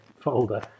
folder